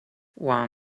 one